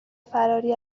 فراری